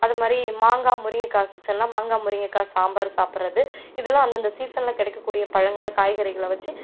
அதுமாதிரி மாங்காய் முருங்கக்காய் சீசன்லாம் மாங்காய் முருங்கக்காய் சாம்பார் சாப்புடறது இதெல்லாம் அந்தந்த சீசனில் கிடைக்கக் கூடிய பழங்களை காய்கறிகளை வச்சு